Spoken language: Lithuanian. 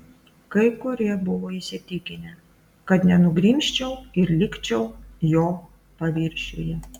kai kurie buvo įsitikinę kad nenugrimzčiau ir likčiau jo paviršiuje